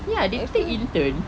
ya they actually intern